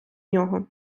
нього